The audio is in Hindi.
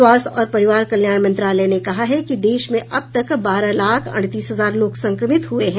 स्वास्थ्य और परिवार कल्याण मंत्रालय ने कहा है कि देश में अब तक बारह लाख अड़तीस हजार लोग संक्रमित हुए हैं